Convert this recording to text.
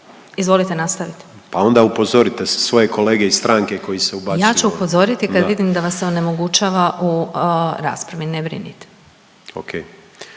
Izvolite nastavite./... Pa onda upozorite si svoje kolege iz stranke koji se ubacuju. .../Upadica: Ja ću upozoriti kad vidim da vas onemogućava u raspravi, ne brinite./...